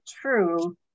true